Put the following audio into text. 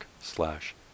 slash